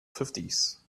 fifties